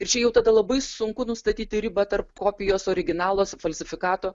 ir čia jau tada labai sunku nustatyti ribą tarp kopijos originalo falsifikato